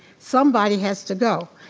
somebody has to go.